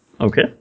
Okay